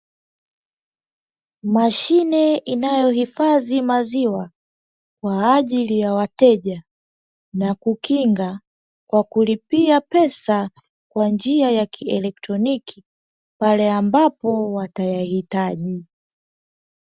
Mashine inayohifadhi maziwa kwa ajili ya wateja na kukinga kwa kulipia pesa kwa njia ya kielektroniki, pale ambapo watayahitaji.